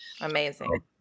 Amazing